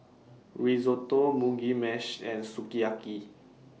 Risotto Mugi Meshi and Sukiyaki